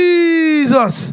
Jesus